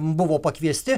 buvo pakviesti